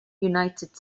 united